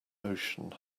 ocean